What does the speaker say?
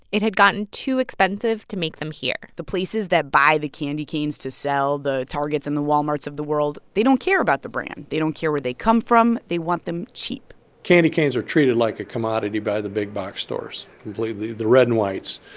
it had gotten too expensive to make them here the places that buy the candy canes to sell the targets and the walmart's of the world they don't care about the brand. they don't care where they come from. they want them cheap candy canes are treated like a commodity by the big-box stores completely the red and whites.